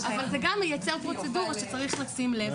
אבל זה גם מייצר פרוצדורה שצריך לשים לב אליה.